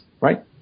right